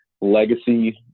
legacy